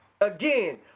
Again